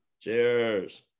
Cheers